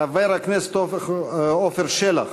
חבר הכנסת עפר שלח